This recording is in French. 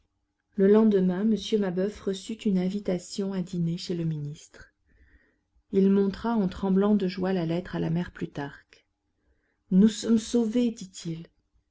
le lendemain m mabeuf reçut une invitation à dîner chez le ministre il montra en tremblant de joie la lettre à la mère plutarque nous sommes sauvés dit-il